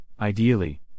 ideally